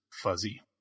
fuzzy